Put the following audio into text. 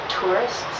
tourists